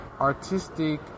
artistic